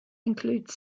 includes